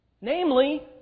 namely